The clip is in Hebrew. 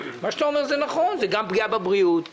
אתה אומר נכון: זה גם פגיעה בבריאות,